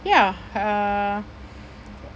ya uh